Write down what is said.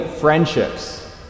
friendships